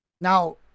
Now